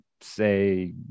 say